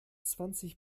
zwanzig